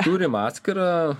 turim atskirą